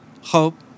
hope